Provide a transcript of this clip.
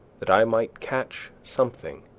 that i might catch something,